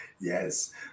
Yes